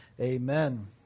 Amen